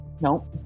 Nope